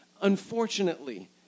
Unfortunately